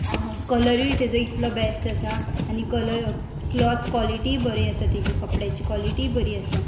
कलरूय तेजो इतलो बॅस्ट आसा आनी कलर क्लॉत क्वॉलिटीय बरी आसा तेजी कपड्याची कॉलिटीय बरी आसा